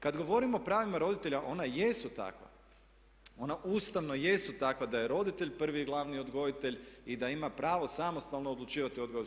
Kad govorimo o pravima roditelja ona jesu takva, ona ustavno jesu takva da je roditelj prvi i glavni odgojitelj i da ima pravo samostalno odlučivati o odgoju.